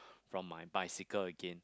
from my bicycle again